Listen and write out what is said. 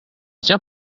tiens